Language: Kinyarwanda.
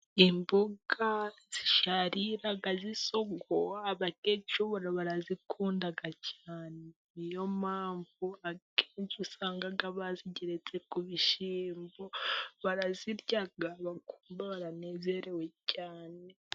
Imboga zisharira z'isogo abakecuru barazikunda, niyo mpamvu akenshi usanga bazigeretse ku bishyimbo, barazirya bakumva baranezerewe cyane.